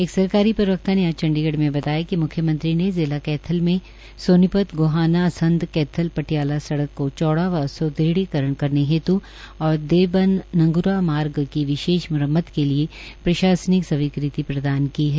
एक सरकारी प्रवक्ता ने आज चंडीगढ़ में बताया कि म्ख्यमंत्री ने जिला कैथल में सोनीपत गोहाना असंध कैथल पटियाला सडक़ को चौड़ा व सुदृढ़ीकरण करने हेत् और देवबन नग्रां मार्ग की विशेष मरम्मत के लिए प्रशासनिक स्वीकृति प्रदान की है